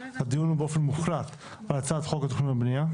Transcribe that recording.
הדיון הוא באופן מוחלט על הצעת חוק התכנון והבנייה.